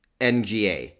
NGA